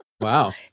Wow